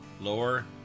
lower